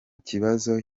kibazo